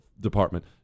Department